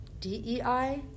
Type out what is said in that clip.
dei